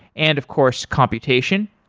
and of course, computation.